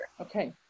Okay